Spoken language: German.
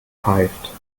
pfeift